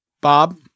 Bob